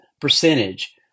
percentage